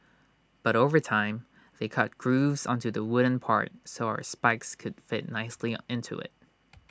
but over time they cut grooves onto the wooden part so our spikes could fit nicely into IT